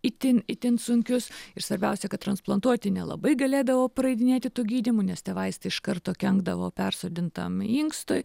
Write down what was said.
itin itin sunkius ir svarbiausia kad transplantuoti nelabai galėdavo praeidinėti tų gydymų nes tie vaistai iš karto kenkdavo persodintam inkstui